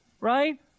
right